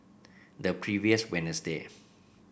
the previous Wednesday